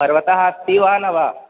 पर्वतः अस्ति वा न वा